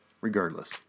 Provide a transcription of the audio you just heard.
regardless